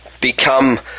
become